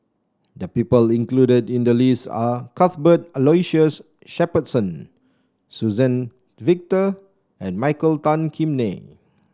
the people included in the list are Cuthbert Aloysius Shepherdson Suzann Victor and Michael Tan Kim Nei